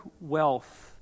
wealth